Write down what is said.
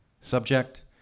Subject